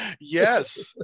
Yes